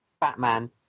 Batman